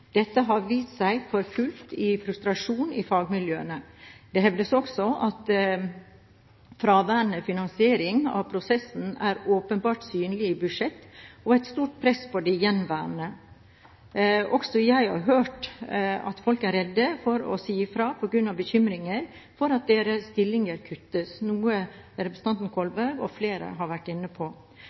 Dette har vist seg for fullt som frustrasjon i fagmiljøene. Det hevdes også at fraværende finansiering av prosessen er åpenbart synlig i budsjettet og medfører et stort press på de gjenværende. Også jeg har hørt at folk er redde for å si ifra på grunn av bekymring for at deres stilling kuttes, noe representanten Kolberg og flere har vært inne på.